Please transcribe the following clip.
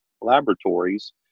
laboratories